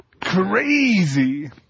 Crazy